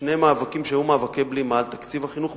שני מאבקים שהיו מאבקי בלימה על תקציב החינוך.